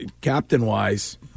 captain-wise –